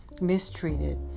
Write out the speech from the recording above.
mistreated